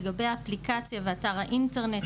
לגבי האפליקציה ואתר האינטרנט,